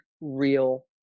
real